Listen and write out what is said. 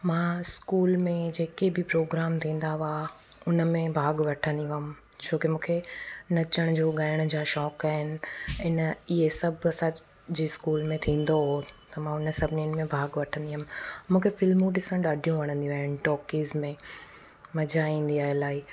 मां इस्कूल में जेके बि प्रोग्राम थींदा हुआ हुन में भाॻ वठंदी हुअमि छो की मूंखे नचण जो गाइण जा शौक़ु आहिनि हिन इअं सभु असांजे इस्कूल में थींदो हुओ त मां हुन सभिनिनि में भाॻ वठंदी हुअमि मूंखे फिल्मू ॾिसण ॾाढियूं वणंदियूं आहिनि टोकिस में मज़ा ईंदी आहे इलाही